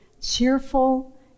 cheerful